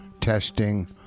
Testing